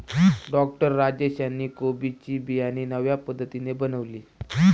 doctor Rajesh यांनी कोबी ची बियाणे नव्या पद्धतीने बनवली